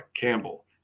Campbell